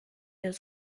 has